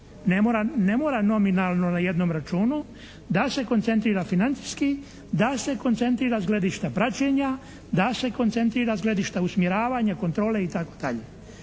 Ne mora nominalno na jednom računu. Da se koncentrira financijski, da se koncentrira s gledišta praćenja, da se koncentrira s gledišta usmjeravanja, kontrole i